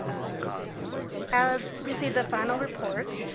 i've ah received the final report,